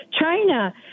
China